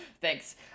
Thanks